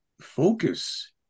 focus